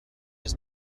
his